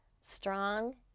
strong